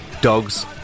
dogs